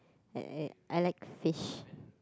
I I like fish